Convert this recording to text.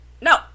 No